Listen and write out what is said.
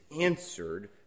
answered